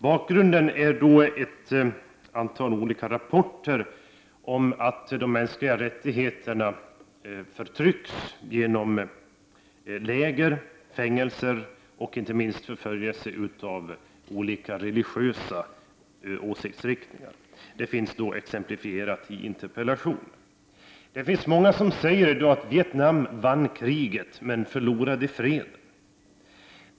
Bakgrunden är ett antal olika rapporter om förtryck och åsidosättande av de mänskliga rättigheterna genom läger, fängelser och inte minst förföljelse av olika religiösa åsiktsriktningar. Det finns exemplifierat i interpellationen. Det är många som i dag säger att Vietnam vann kriget men förlorade freden.